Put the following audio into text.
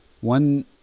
one